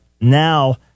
Now